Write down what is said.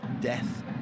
Death